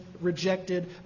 rejected